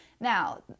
now